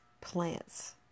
plants